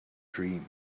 dream